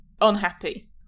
unhappy